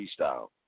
freestyle